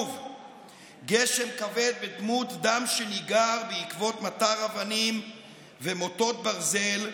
גשם כבד בדמות דם שניגר בעקבות מטר אבנים ומוטות ברזל,